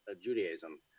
Judaism